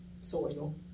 soil